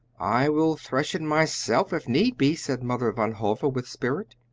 i will thresh it myself, if need be, said mother van hove with spirit.